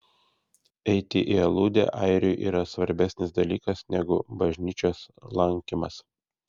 eiti į aludę airiui yra svarbesnis dalykas negu bažnyčios lankymas